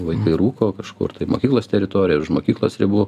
vaikai rūko kažkur tai mokyklos teritorijoj ar už mokyklos ribų